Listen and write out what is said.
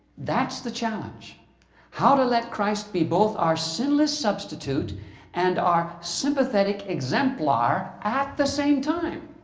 that's the challenge how to let christ be both our sinless substitute and our sympathetic exemplar at the same time.